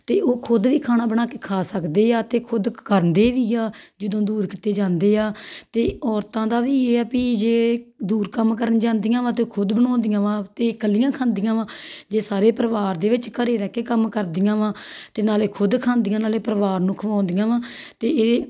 ਅਤੇ ਉਹ ਖੁਦ ਵੀ ਖਾਣਾ ਬਣਾ ਕੇ ਖਾ ਸਕਦੇ ਆ ਅਤੇ ਖੁਦ ਕਰਦੇ ਵੀ ਆ ਜਦੋਂ ਦੂਰ ਕਿਤੇ ਜਾਂਦੇ ਆ ਅਤੇ ਔਰਤਾਂ ਦਾ ਵੀ ਇਹ ਆ ਪੀ ਜੇ ਦੂਰ ਕੰਮ ਕਰਨ ਜਾਂਦੀਆਂ ਵਾ ਤਾਂ ਖੁਦ ਬਣਾਉਂਦੀਆਂ ਵਾ ਅਤੇ ਇਕੱਲੀਆਂ ਖਾਂਦੀਆਂ ਵਾ ਜੇ ਸਾਰੇ ਪਰਿਵਾਰ ਦੇ ਵਿੱਚ ਘਰੇ ਰਹਿ ਕੇ ਕੰਮ ਕਰਦੀਆਂ ਵਾਂ ਅਤੇ ਨਾਲੇ ਖੁਦ ਖਾਂਦੀਆਂ ਨਾਲੇ ਪਰਿਵਾਰ ਨੂੰ ਖਵਾਉਂਦੀਆਂ ਵਾ ਅਤੇ ਇਹ